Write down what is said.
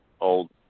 old